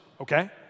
okay